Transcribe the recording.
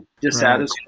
dissatisfied